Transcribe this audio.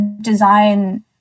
design